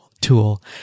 tool